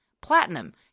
Platinum